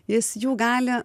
jis jų gali